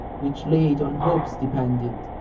which late on hopes depended.